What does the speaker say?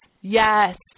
Yes